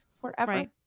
forever